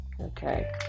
Okay